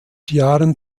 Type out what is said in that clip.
jahren